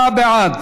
54 בעד,